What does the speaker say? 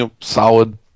solid